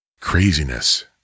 Craziness